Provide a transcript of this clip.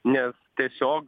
nes tiesiog